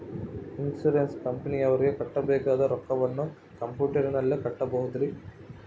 Insurance ಕಂಪನಿಯವರಿಗೆ ಕಟ್ಟಬೇಕಾದ ರೊಕ್ಕವನ್ನು ಕಂಪ್ಯೂಟರನಲ್ಲಿ ಕಟ್ಟಬಹುದ್ರಿ?